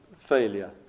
failure